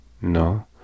No